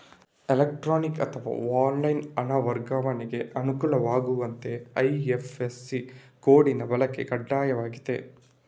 electronic ಅಥವಾ online ಹಣ ವರ್ಗಾವಣೆಗೆ ಅನುಕೂಲವಾಗುವಂತೆ ಐ.ಎಫ್.ಎಸ್.ಸಿ ಕೋಡಿನ ಬಳಕೆ ಕಡ್ಡಾಯವಾಗಿದೆ